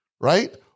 right